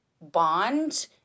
bond